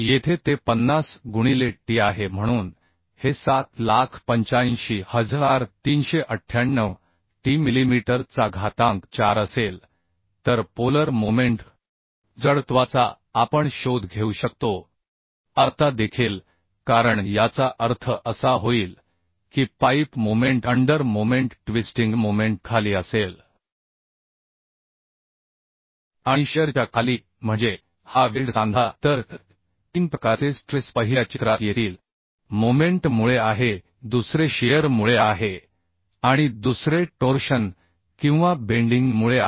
येथे ते 50 गुणिले t आहे म्हणून हे 785398 t मिलीमीटर चा घातांक 4 असेल तर पोलर मोमेंट जडत्वाचा आपण शोध घेऊ शकतो आता देखील कारण याचा अर्थ असा होईल की pipe moment under moment twisting मोमेंटखाली असेल आणि शियरच्या खाली म्हणजे हा वेल्ड सांधा तर तीन प्रकारचे स्ट्रेस पहिल्या चित्रात येतील मोमेंट मुळे आहे दुसरे शिअर मुळे आहे आणि दुसरे टोर्शन किंवा बेंडिंग मुळे आहे